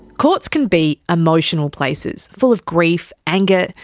courts can be emotional places, full of grief, anger,